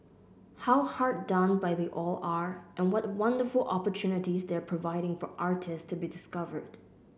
how hard done by they all are and what wonderful opportunities they're providing for artist to be discovered